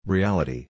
Reality